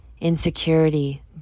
insecurity